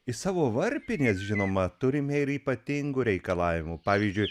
iš savo varpinės žinoma turime ir ypatingų reikalavimų pavyzdžiui